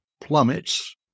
plummets